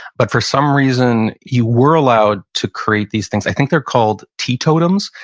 but for some reason, you were allowed to create these things, i think they're called teetotums,